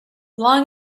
long